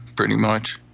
pretty much.